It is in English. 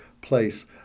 place